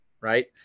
right